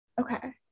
Okay